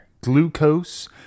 glucose